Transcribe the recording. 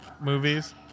movies